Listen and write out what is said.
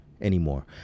anymore